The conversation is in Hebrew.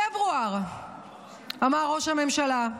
בחודש פברואר אמר ראש הממשלה: